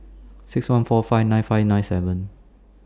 six one four five nine five nine seven